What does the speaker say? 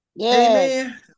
Amen